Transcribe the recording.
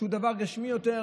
שהוא דבר גשמי יותר,